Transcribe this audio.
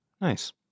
Nice